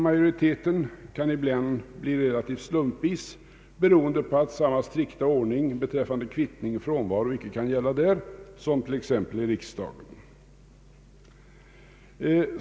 Majoriteten kan ibland bli relativt slumpartad, beroende på att samma strikta ordning beträffande kvittning och frånvaro icke kan gälla där som t.ex. i riksdagen.